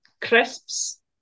crisps